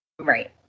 Right